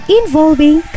involving